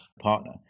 partner